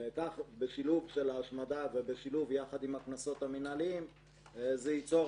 בשילוב של ההשמדה עם הקנסות המינהליים זה ייצור,